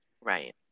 Right